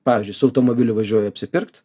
pavyzdžiui su automobiliu važiuoju apsipirkt